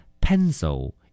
pencil